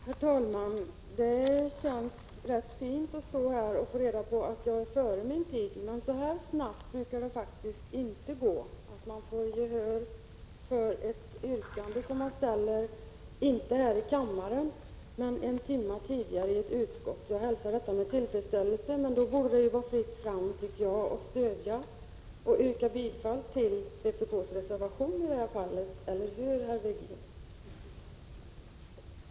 Herr talman! Det känns rätt fint att stå här och få reda på att jag var före min tid. Så här snabbt brukar det faktiskt inte gå — att man får gehör för ett yrkande som man ställt inte här i kammaren men en timme tidigare i ett utskott. Jag hälsar detta med tillfredsställelse och anser att det då borde vara fritt fram för att stödja vpk:s reservation — eller hur, herr Virgin?